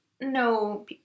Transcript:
no